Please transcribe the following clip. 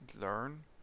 learn